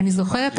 אני רוצה לומר,